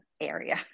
area